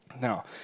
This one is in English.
Now